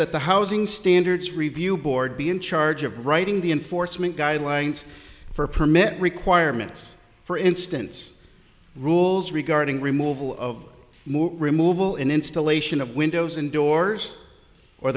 that the housing standards review board be in charge of writing the enforcement guidelines for permit requirements for instance rules regarding removal of move removal in installation of windows and doors or